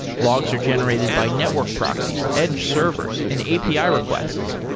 logs are generated by network proxies, edge servers and api ah requests,